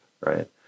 right